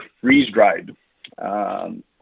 freeze-dried